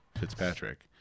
Fitzpatrick